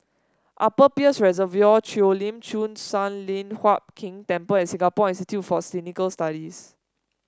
Upper Peirce Reservoir Cheo Lim Chin Sun Lian Hup Keng Temple and Singapore Institute for Clinical Studies